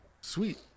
sweet